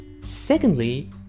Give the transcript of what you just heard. Secondly